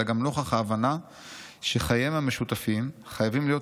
אלא גם נוכח ההבנה שחייהם המשותפים חייבים להיות